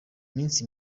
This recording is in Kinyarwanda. minsi